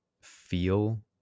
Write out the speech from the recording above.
feel